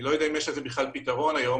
אני לא יודע אם יש לזה פתרון היום,